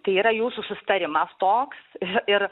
tai yra jūsų susitarimas toks ir